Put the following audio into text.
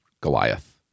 Goliath